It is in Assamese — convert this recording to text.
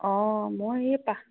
অঁ মই এই পাহ